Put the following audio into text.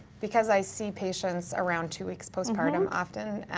because i see patients around two weeks postpartum often.